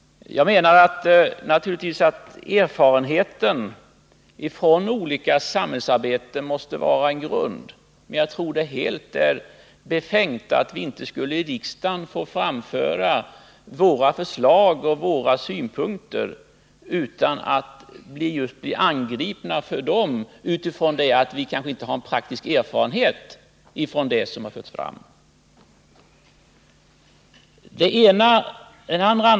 Jag tror det vore befängt att tillämpa sådana principer. Naturligtvis måste vi i riksdagen få arbeta med frågor, delta i debatter och framföra våra förslag och synpunkter utan att bli angripna av den anledningen att vi kanske inte har praktisk erfarenhet från det område föreslagen gäller.